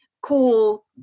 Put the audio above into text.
cool